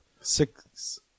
Six